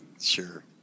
Sure